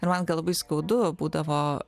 ir man kai labai skaudu būdavo